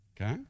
okay